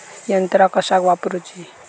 यंत्रा कशाक वापुरूची?